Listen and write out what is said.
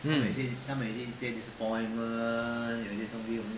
mm